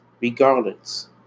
regardless